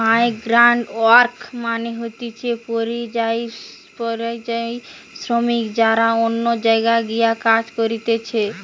migrant worker মানে হতিছে পরিযায়ী শ্রমিক যারা অন্য জায়গায় গিয়ে কাজ করতিছে